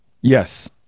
Yes